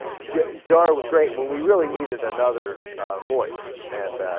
jar was great will we really needed another of voice and ah.